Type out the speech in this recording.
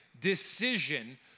decision